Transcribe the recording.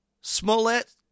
Smollett